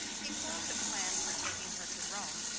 he formed a plan for taking her to rome,